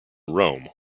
rome